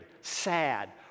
sad